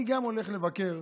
אני גם הולך לבקר